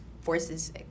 forces